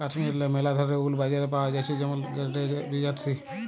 কাশ্মীরেল্লে ম্যালা ধরলের উল বাজারে পাওয়া জ্যাছে যেমল গেরেড এ, বি আর সি